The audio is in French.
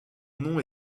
nom